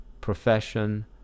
profession